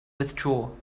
withdraw